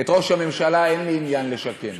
את ראש הממשלה אין לי עניין לשקם,